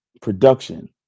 production